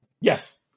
Yes